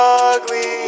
ugly